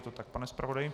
Je to tak, pane zpravodaji?